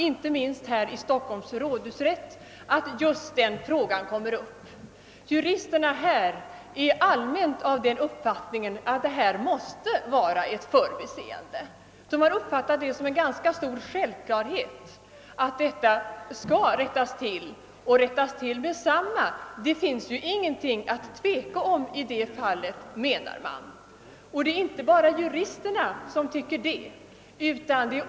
Inte minst vid Stockholms rådhusrätt blir saken ideligen aktuell, och juristerna där har i allmänhet den uppfattningen att det måste föreligga ett förbiseende. De betraktar det också som självfallet att en rättelse omedelbart bör göras; det finns inget att tveka om därvidlag, anser man.